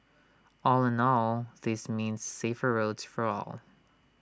all in all this means safer roads for all